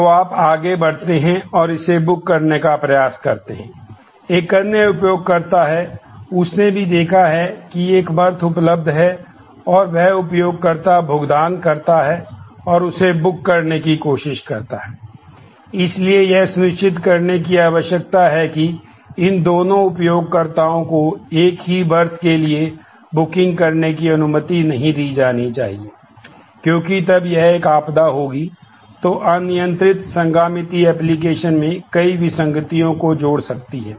तो आप आगे बढ़ते हैं और इसे बुक करने का प्रयास करते हैं और एक अन्य उपयोगकर्ता है उसने भी देखा है की एक बर्थ में कई विसंगतियों को जोड़ सकती है